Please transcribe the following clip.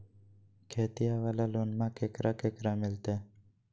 खेतिया वाला लोनमा केकरा केकरा मिलते?